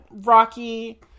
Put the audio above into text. Rocky